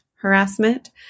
harassment